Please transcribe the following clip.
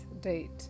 date